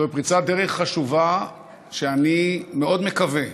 זוהי פריצת דרך חשובה שאני מאוד מקווה,